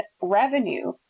revenue